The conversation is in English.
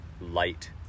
light